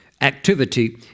activity